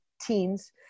teens